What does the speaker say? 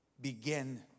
begin